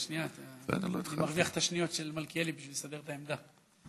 אני מרוויח את השניות של מלכיאלי כדי לסדר את העמדה.